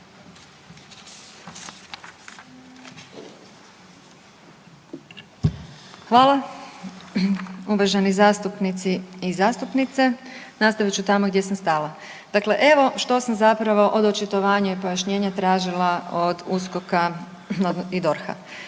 Hvala. Uvaženi zastupnici i zastupnice nastavit ću tamo gdje sam stala. Dakle, evo što sam zapravo od očitovanja i pojašnjenja tražila od USKOK-a i DORH-a.